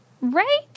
right